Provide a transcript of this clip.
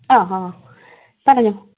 ആ ആ പറഞ്ഞോ